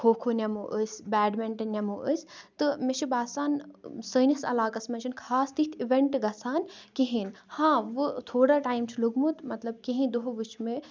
کھوکھو نِمو أسۍ بیڈمِنٹَن نِمو أسۍ تہٕ مےٚ چھُ باسان سٲنِس علاقَس منٛز چھنہِ خاص تِتھ اِوینٹ گَژھان کِہیٖنۍ ہاں وٕ تھوڈا ٹایم چھُ لوٚگمُت مطلب کینٛہہ دۄہ وٕچھ مےٚ